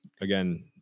again